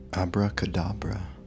Abracadabra